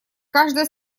каждая